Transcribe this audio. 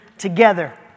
together